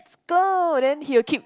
go then he will keep